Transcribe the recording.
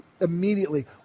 immediately